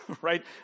right